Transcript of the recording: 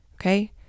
okay